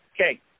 Okay